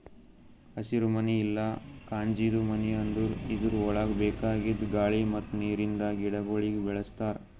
ಹಸಿರುಮನಿ ಇಲ್ಲಾ ಕಾಜಿಂದು ಮನಿ ಅಂದುರ್ ಇದುರ್ ಒಳಗ್ ಬೇಕಾಗಿದ್ ಗಾಳಿ ಮತ್ತ್ ನೀರಿಂದ ಗಿಡಗೊಳಿಗ್ ಬೆಳಿಸ್ತಾರ್